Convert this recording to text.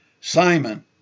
Simon